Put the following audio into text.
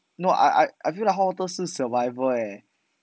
no I I I feel like hot water 是 survivor eh